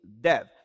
death